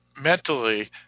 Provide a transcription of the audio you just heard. mentally